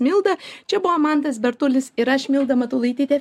milda čia buvo mantas bertulis ir aš milda matulaitytė